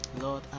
Lord